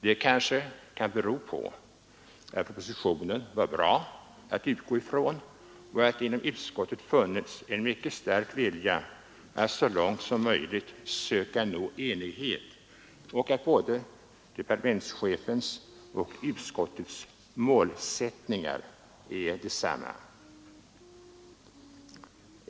Det kanske kan bero på att propositionen var bra att utgå från och att det inom utskottet funnits en mycket stark vilja att så långt möjligt söka nå enighet och att både departementschefens och utskottets målsättningar är desamma.